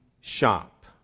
shop